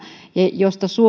ja mistä